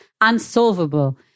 unsolvable